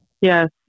Yes